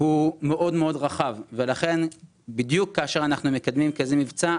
הוא מאוד רחב ולכן בדיוק כאשר אנחנו מקדמים כזה מבצע,